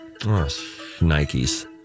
Nikes